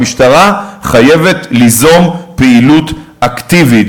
המשטרה חייבת ליזום פעילות אקטיבית.